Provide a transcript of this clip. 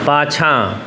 पाछाँ